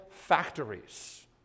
factories